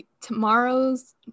tomorrow's